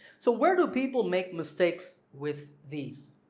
so where do people make mistakes with these?